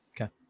Okay